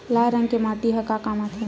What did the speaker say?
लाल रंग के माटी ह का काम आथे?